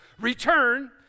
return